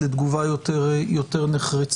לתגובה יותר נחרצת.